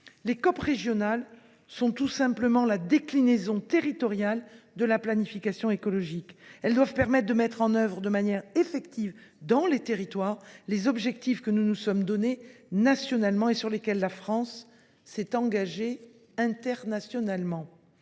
Les COP régionales sont tout simplement la déclinaison territoriale de la planification écologique. Elles doivent permettre de mettre en œuvre de manière effective, dans les territoires, les objectifs que nous nous sommes donnés nationalement et sur lesquels la France s’est engagée internationalement.